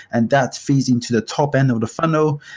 and that feeds into the top end of the funnel.